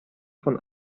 von